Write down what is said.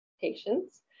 patients